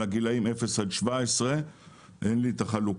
על הגילאים אפס עד 17. אין לי את החלוקה.